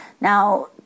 Now